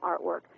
artwork